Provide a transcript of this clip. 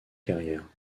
carrière